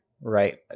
right